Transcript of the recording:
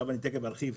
מה יעשו